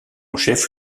chef